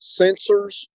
sensors